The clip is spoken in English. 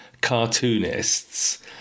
cartoonists